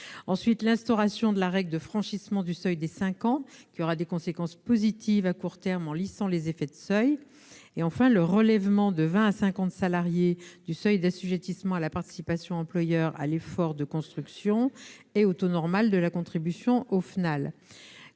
; l'instauration de la règle de franchissement du seuil des cinq ans, qui aura des conséquences positives à court terme en lissant les effets de seuil ; le relèvement de 20 à 50 salariés du seuil d'assujettissement à la participation employeur à l'effort de construction et au taux normal de la contribution au FNAL.